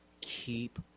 keep